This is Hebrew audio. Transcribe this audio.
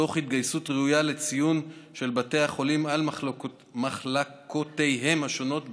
תוך התגייסות ראויה לציון של בתי החולים על מחלקותיהם השונות,